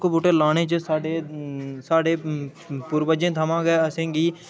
रुक्ख बूह्टे लाने च साढे साढे पूर्वजें थमां गै असें गी